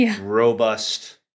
robust